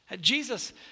Jesus